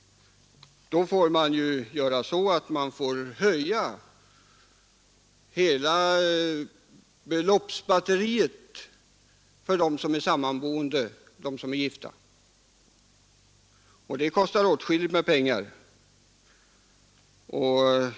I annat fall får man ju höja hela bidragsskalan för de gifta och de sammanboende, och det kostar åtskilligt med pengar.